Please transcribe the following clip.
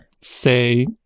say